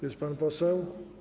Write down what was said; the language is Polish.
Jest pan poseł?